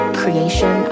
creation